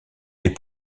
est